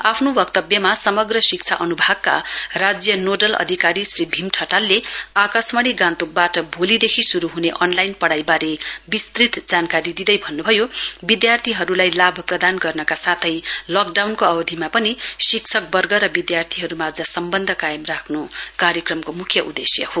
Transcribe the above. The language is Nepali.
आफ्नो वक्तव्यमा समग्र शिक्षा अनुभागका राज्य नोडल अधिकारी श्री भीम ठटालले आकाशवाणी गान्तोकबाट भोलिदेखि श्रु हुने अनलाइन पढाईवारे विस्तुत जानकारी दिँदै भन्नभयो विधार्थीहरुलाई लाभ प्रदान गर्नका साथै लकडाउनको अवधिमा पनि शिक्षक वर्ग र विधार्थीहरु माझ सम्वन्ध कायम राख्न कार्यक्रमको मुख्य उदेश्य हो